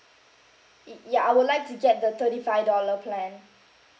y~ ya I would like to get the thirty five dollar plan